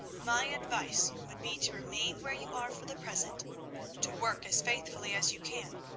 my advice would be to remain where you are for the present to work as faithfully as you can,